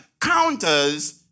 counters